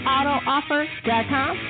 AutoOffer.com